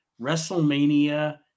WrestleMania